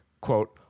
quote